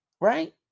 Right